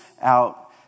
out